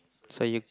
so you